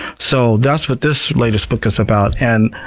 so that's what this latest book is about. and